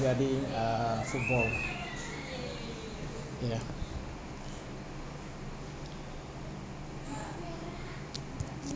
regarding uh football ya